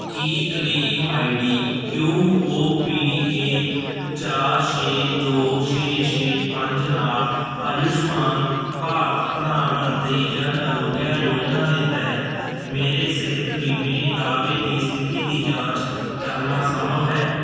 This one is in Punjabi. Ki claim I D Q O P A ਚਾਰ ਛੇ ਦੋ ਛੇ ਛੇ ਪੰਜ ਨਾਲ ਆਯੁਸ਼ਮਾਨ ਭਾਰਤ ਪ੍ਰਧਾਨ ਮੰਤਰੀ ਜਨ ਆਰੋਗਯ ਯੋਜਨਾ ਦੇ ਤਹਿਤ ਮੇਰੇ ਸਿਹਤ ਬੀਮਾ ਦਾਅਵੇ ਦੀ ਸਥਿਤੀ ਦੀ ਜਾਂਚ ਕਰਨਾ ਸੰਭਵ ਹੈ